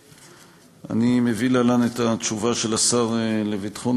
אני מביא להלן את התשובה של השר לביטחון